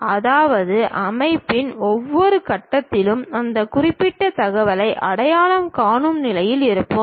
அதாவது அமைப்பின் ஒவ்வொரு கட்டத்திலும் அந்த குறிப்பிட்ட தகவலை அடையாளம் காணும் நிலையில் இருப்போம்